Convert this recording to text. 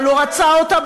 אבל הוא רצה אותה,